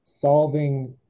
solving